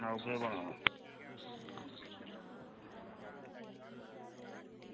सनाओ केह् बना दा